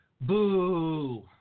Boo